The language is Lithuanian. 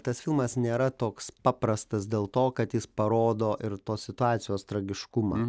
tas filmas nėra toks paprastas dėl to kad jis parodo ir tos situacijos tragiškumą